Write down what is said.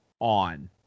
on